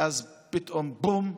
ואז, פתאום, בום,